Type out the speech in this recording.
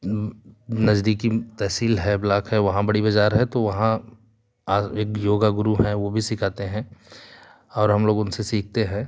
नज़दीकी तहसील है ब्लाक है वहाँ बड़ी बज़ार है तो वहाँ आ एक योगा गुरु हैं वो भी सिखाते हैं और हम लोग उनसे सिखते हैं